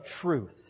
Truth